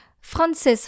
Frances